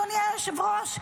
אדוני היושב-ראש,